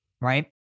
right